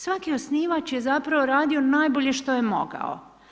Svaki osnivač je zapravo radio najbolje što je mogao.